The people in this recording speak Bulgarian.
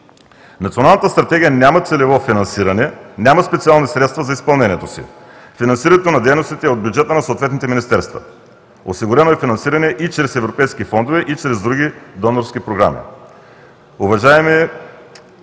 Националната стратегия няма целево финансиране, няма специални средства за изпълнението си. Финансирането на дейностите е от бюджета на съответните министерства. Осигурено е финансиране и чрез Европейски фондове и чрез други донорски програми.